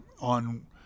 on